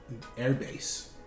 airbase